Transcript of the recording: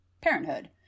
Parenthood